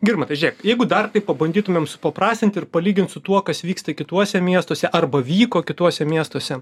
girmantai žėk jeigu dar pabandytumėm supaprastint ir palygint su tuo kas vyksta kituose miestuose arba vyko kituose miestuose